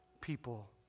people